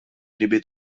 kdyby